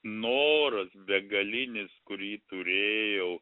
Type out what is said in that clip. noras begalinis kurį turėjau